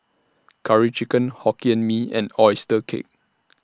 Curry Chicken Hokkien Mee and Oyster Cake